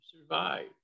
survive